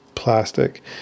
Plastic